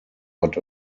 but